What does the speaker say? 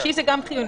נפשי זה גם חיוני.